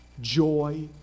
joy